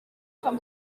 from